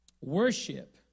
worship